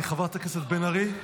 חברת הכנסת בן ארי,